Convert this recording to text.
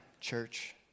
church